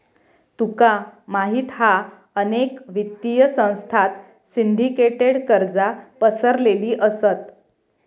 तुका माहित हा अनेक वित्तीय संस्थांत सिंडीकेटेड कर्जा पसरलेली असत